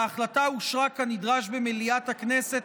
והחלטתה אושרה כנדרש במליאת הכנסת,